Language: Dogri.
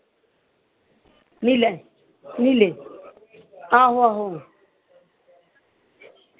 नीला नीले आहो आहो